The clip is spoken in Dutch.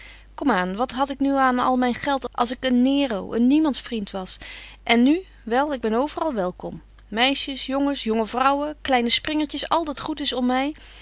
aan wat had ik nu aan al myn geld als ik een nero een niemands vriend was en nu wel ik ben overal welkom meisjes jongens jonge vrouwen kleine springertjes al dat goed is om my